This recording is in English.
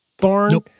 barn